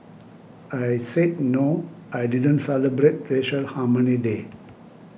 I said no I didn't celebrate racial harmony day